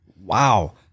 Wow